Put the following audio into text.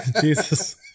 Jesus